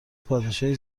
پادشاهی